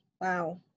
Wow